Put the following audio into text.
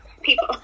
people